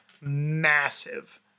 massive